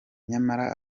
nyamara